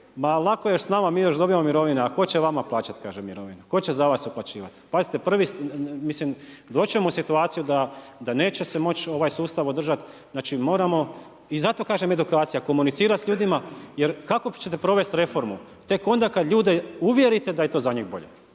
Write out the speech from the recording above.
lako je s nama mi još dobivamo mirovine, a tko će vama plaćati mirovine, tko će za vas uplaćivati. Pazite, mislim doći ćemo u situaciju da se neće moći ovaj sustav održati. I zato kažem edukacija, komunicirati s ljudima jer kako ćete provesti reformu, tek onda kada ljude uvjerite da je to za njih bolje.